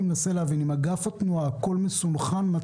הכול מסונכרן עם